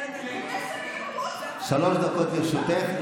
שלוש דקות לרשותך.